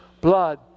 blood